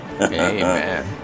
Amen